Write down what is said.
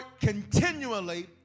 continually